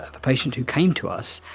a patient who came to us,